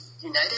United